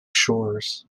shores